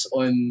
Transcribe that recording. on